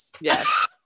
Yes